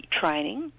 training